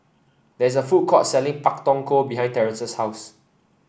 there is a food court selling Pak Thong Ko behind Terence's house